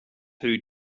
who